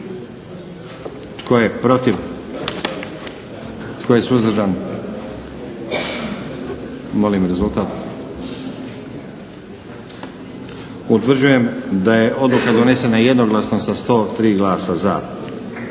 Tko je protiv? Tko je suzdržan? Molim rezultat. Utvrđujem da je odluka donesena jednoglasno sa 103 glasa za.